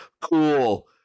Cool